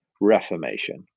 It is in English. reformation